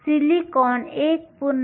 silicon 1